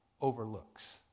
overlooks